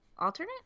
Alternate